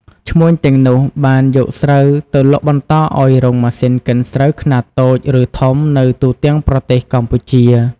ឈ្មួញទាំងនោះ បានយកស្រូវទៅលក់បន្តឱ្យរោងម៉ាស៊ីនកិនស្រូវខ្នាតតូច ឬធំ នៅទូទាំងប្រទេសកម្ពុជា។